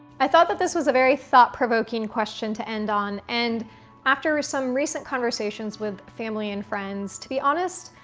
i thought that this was a very thought provoking question to end on, and after some recent conversations with family and friends, to be honest,